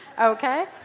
okay